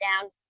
down